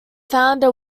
founder